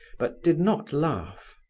but did not laugh.